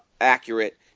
accurate